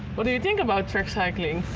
what do you think about track cycling?